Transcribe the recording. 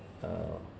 err